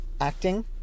acting